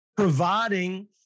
providing